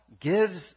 gives